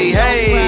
hey